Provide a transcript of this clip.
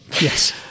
Yes